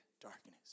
darkness